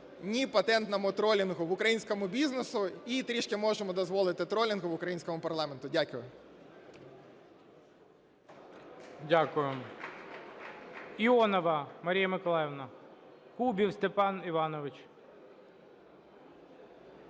ні патентному тролінгу в українському бізнесі! І трішки можемо дозволити тролінгу в українському парламенті. Дякую. ГОЛОВУЮЧИЙ. Дякую. Іонова Марія Миколаївна. Кубів Степан Іванович.